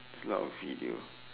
a lot of video